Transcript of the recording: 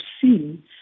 seen